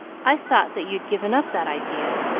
i thought that you'd given up that idea.